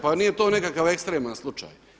Pa nije to nekakav ekstreman slučaj.